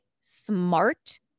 smart